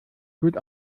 gut